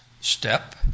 step